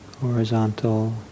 horizontal